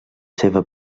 seva